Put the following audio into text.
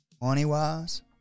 money-wise